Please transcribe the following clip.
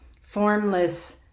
formless